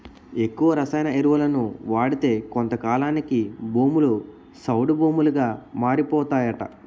ఎక్కువ రసాయన ఎరువులను వాడితే కొంతకాలానికి భూములు సౌడు భూములుగా మారిపోతాయట